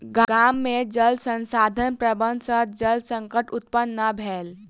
गाम में जल संसाधन प्रबंधन सॅ जल संकट उत्पन्न नै भेल